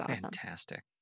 Fantastic